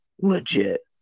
legit